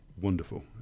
wonderful